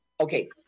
Okay